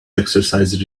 exercise